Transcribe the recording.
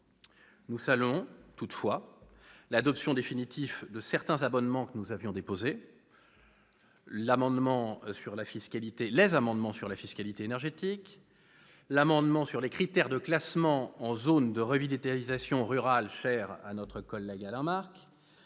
Nous saluons toutefois l'adoption définitive de certains des amendements que nous avions déposés : ceux relatifs à la fiscalité énergétique ; l'amendement sur les critères de classement en zone de revitalisation rurale, cher à notre collègue Alain Marc